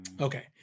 Okay